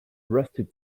rusty